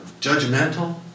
judgmental